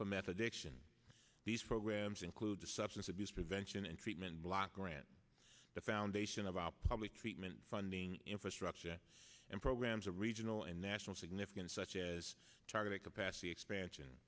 for meth addiction these programs include the substance abuse prevention and treatment block grant the foundation of our public treatment funding infrastructure and programs of regional and national significance such as charted a capacity expansion